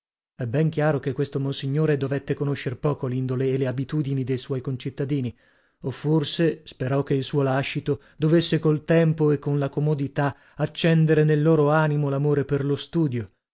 è ben chiaro che questo monsignore dovette conoscer poco lindole e le abitudini de suoi concittadini o forse sperò che il suo lascito dovesse col tempo e con la comodità accendere nel loro animo lamore per lo studio